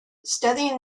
studying